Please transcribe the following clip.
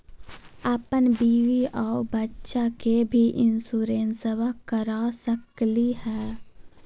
अपन बीबी आ बच्चा के भी इंसोरेंसबा करा सकली हय?